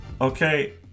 Okay